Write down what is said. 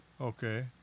Okay